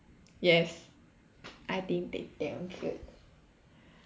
yes I think they damn cute